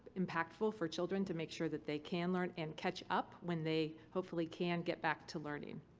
impactful for children to make sure that they can learn and catch up when they hopefully can get back to learning.